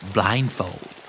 Blindfold